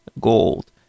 Gold